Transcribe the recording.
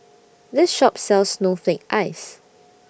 This Shop sells Snowflake Ice